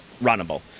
runnable